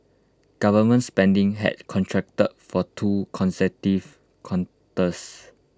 government spending had contracted for two consecutive quarters